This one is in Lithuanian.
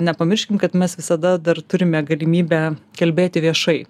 nepamirškim kad mes visada dar turime galimybę kalbėti viešai